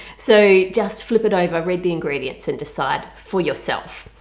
so just flip it over read the ingredients and decide for yourself.